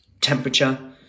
temperature